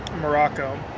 Morocco